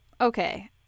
okay